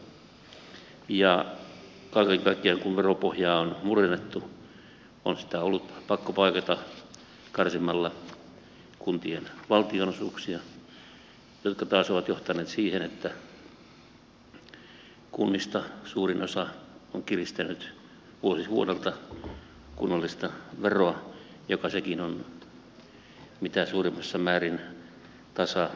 kaiken kaikkiaan kun veropohjaa on murennettu on sitä ollut pakko paikata karsimalla kuntien valtionosuuksia mikä taas on johtanut siihen että kunnista suurin osa on kiristänyt vuosi vuodelta kunnallista veroa joka sekin on mitä suurimmassa määrin tasavero